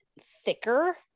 thicker